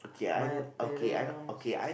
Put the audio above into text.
my parents